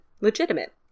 legitimate